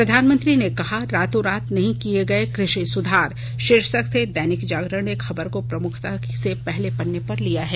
प्रधानमंत्री ने कहा रातोंरात नहीं किए गए कृषि सुधार शीर्षक से दैनिक जागरण ने खबर को प्रमुखता से पहले पन्ने पर लिया है